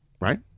right